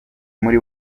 muri